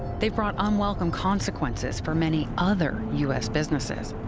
they've brought unwelcome consequences for many other u s. businesses.